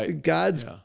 God's